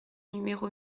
numéro